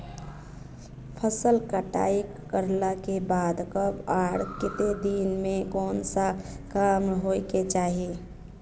फसल कटाई करला के बाद कब आर केते दिन में कोन सा काम होय के चाहिए?